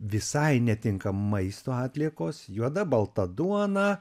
visai netinka maisto atliekos juoda balta duona